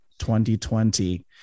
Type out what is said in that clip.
2020